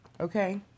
okay